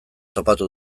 topatu